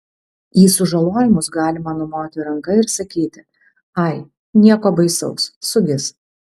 į sužalojimus galima numoti ranka ir sakyti ai nieko baisaus sugis